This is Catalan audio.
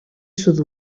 sud